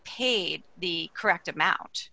paid the correct amount